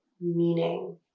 meaning